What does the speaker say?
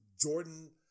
Jordan